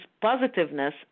positiveness